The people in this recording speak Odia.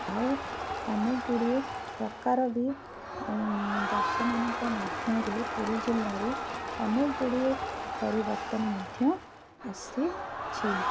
ଆଉ ଅନେକଗୁଡ଼ିଏ ପ୍ରକାର ବି ଦାସମାନଙ୍କ ମଧ୍ୟରେ ପୁରୀ ଜିଲ୍ଲାରେ ଅନେକଗୁଡ଼ିଏ ପରିବର୍ତ୍ତନ ମଧ୍ୟ ଆସିଛି